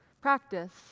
Practice